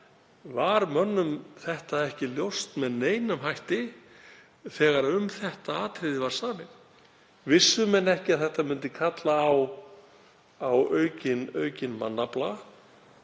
Var mönnum þetta ekki ljóst með neinum hætti þegar um þetta atriði var samið? Vissu menn ekki að þetta myndi kalla á aukinn mannafla